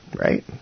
right